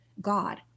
God